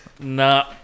nah